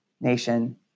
nation